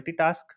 multitask